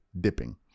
dipping